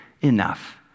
enough